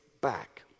back